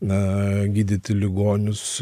na gydyti ligonius